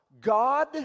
God